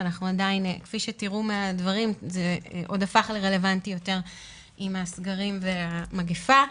וכפי שתראו מהדברים זה עוד הפך לרלוונטי יותר עם הסגרים והמגפה.